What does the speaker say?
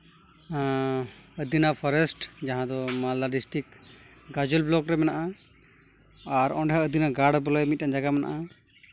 ᱟᱹᱫᱤᱱᱟ ᱯᱷᱚᱨᱮᱥᱴ ᱡᱟᱦᱟᱸ ᱫᱚ ᱢᱟᱞᱫᱟ ᱰᱤᱥᱴᱤᱠ ᱜᱟᱡᱚᱞ ᱵᱞᱚᱠ ᱨᱮ ᱢᱮᱱᱟᱜᱼᱟ ᱟᱨ ᱚᱸᱰᱮ ᱦᱚᱸ ᱟᱹᱫᱤᱱᱟ ᱜᱟᱲ ᱵᱚᱞᱮ ᱢᱤᱫᱴᱮᱱ ᱡᱟᱭᱜᱟ ᱢᱮᱱᱟᱜᱼᱟ